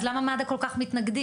אז למה מד"א כל כך מתנגדים?